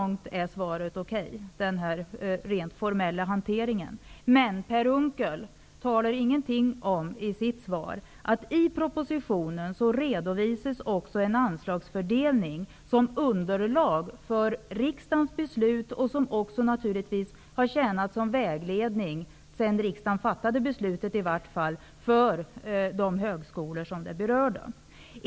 När det gäller den rent formella hanteringen är svaret helt okej. Men Per Unckel säger i sitt svar ingenting om att en ansvarfördelning också presenterats i propositionen, vilken tjänat som underlag för riksdagens beslut och som naturligtvis också har tjänat som vägledning för de berörda högskolorna, åtsminstone efter det att riksdagen fattade beslut i frågan.